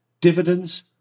dividends